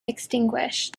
extinguished